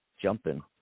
jumping